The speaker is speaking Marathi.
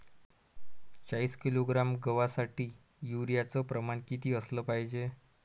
चाळीस किलोग्रॅम गवासाठी यूरिया च प्रमान किती असलं पायजे?